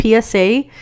PSA